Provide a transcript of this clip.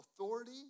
Authority